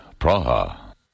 Praha